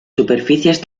superficies